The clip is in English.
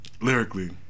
lyrically